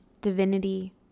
divinity